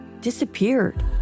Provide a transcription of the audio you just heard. disappeared